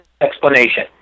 explanation